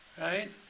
Right